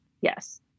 yes